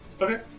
Okay